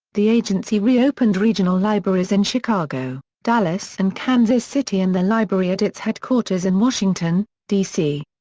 the agency re-opened regional libraries in chicago, dallas and kansas city and the library at its headquarters in washington, dc.